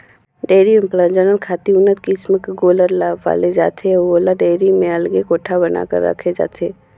dairy में प्रजनन खातिर उन्नत किसम कर गोल्लर ल पाले जाथे अउ ओला डेयरी में अलगे कोठा बना कर राखे जाथे